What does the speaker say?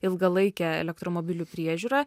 ilgalaikę elektromobilių priežiūrą